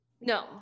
No